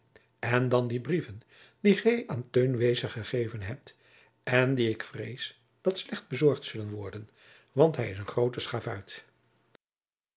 en dan die brieven die gij aan teun wezer gegeven hebt en die ik vrees dat slecht bezorgd zullen worden want hij is een groote schavuit